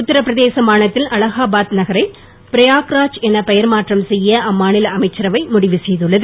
உத்தரபிரதேச மாநிலத்தின் அலகாபாத் நகரை பிரயாக்ராஜ் என பெயர் மாற்றம் செய்ய அம்மாநில அமைச்சரவை முடிவு செய்துள்ளது